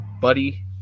buddy